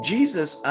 Jesus